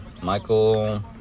Michael